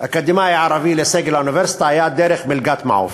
אקדמאי ערבי לסגל האוניברסיטה היה דרך מלגת "מעוף".